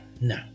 No